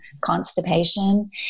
constipation